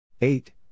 eight